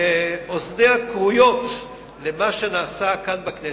אוזניה כרויות למה שנעשה כאן בכנסת.